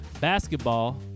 Basketball